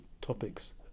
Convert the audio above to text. topics